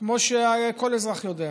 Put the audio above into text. כמו שכל אזרח יודע.